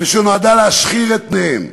ושנועדה להשחיר את פניהם,